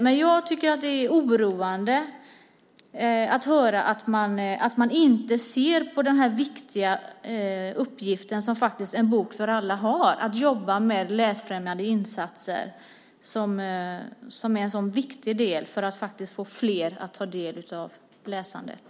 Men det är oroande att höra att man inte ser den viktiga uppgift som faktiskt En bok för alla har: att jobba med läsfrämjande insatser som är en sådan viktig del för att få fler att ta del av läsandet.